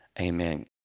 Amen